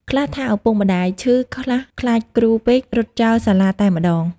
ខ្លះថាឪពុកម្ដាយឈឺ ខ្លះខ្លាចគ្រូពេករត់ចោលសាលាតែម្ដង ។